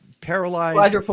paralyzed